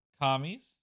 commies